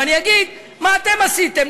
ואני אגיד מה אתם עשיתם.